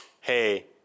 Hey